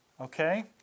Okay